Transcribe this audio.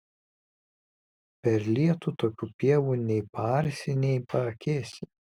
per lietų tokių pievų nei paarsi nei paakėsi